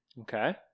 Okay